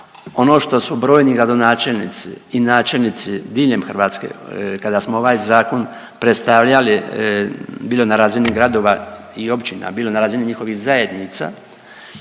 Ono što su brojni gradonačelnici i načelnici diljem Hrvatske kada smo ovaj Zakon predstavljali, bilo na razini gradova i općina, bilo na razini gradova i općina,